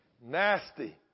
Nasty